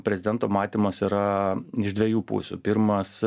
prezidento matymas yra iš dviejų pusių pirmas